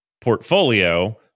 portfolio